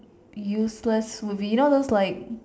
useless would be you know those like